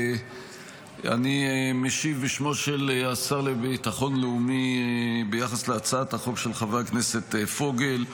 אני משיב בשמו של השר לביטחון לאומי ביחס להצעת החוק של חבר הכנסת פוגל.